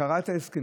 קרא את ההסכמים